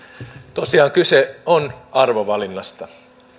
tosiaan kyse on arvovalinnasta